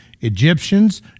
Egyptians